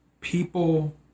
people